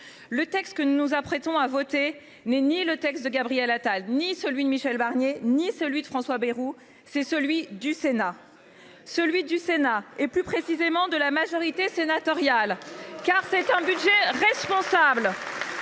Le texte que nous nous apprêtons à voter n’est ni le texte de Gabriel Attal, ni celui de Michel Barnier, ni celui de François Bayrou ; c’est celui du Sénat ! Celui du Sénat, et plus précisément celui de la majorité sénatoriale, car c’est un budget responsable.